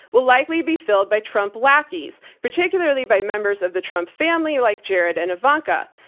will likely be filled by trump lackies, particularly by members of the trump family like jared and ivanka.